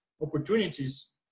opportunities